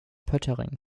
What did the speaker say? poettering